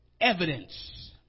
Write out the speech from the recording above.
evidence